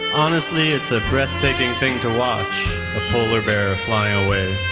honestly, it's a breathtaking thing to watch, a polar bear flying away.